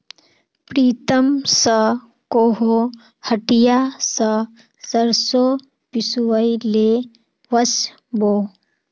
प्रीतम स कोहो हटिया स सरसों पिसवइ ले वस बो